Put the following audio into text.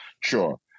Sure